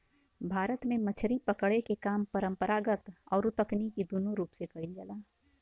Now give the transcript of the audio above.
भारत में मछरी पकड़े के काम परंपरागत अउरी तकनीकी दूनो रूप से कईल जाला